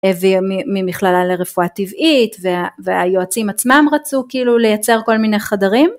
וממכללה לרפואה טבעית והיועצים עצמם רצו כאילו לייצר כל מיני חדרים